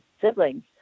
siblings